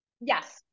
Yes